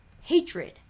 hatred